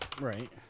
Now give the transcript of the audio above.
Right